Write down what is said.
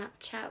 Snapchat